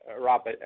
Rob